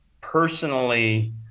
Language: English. personally